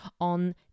on